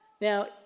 now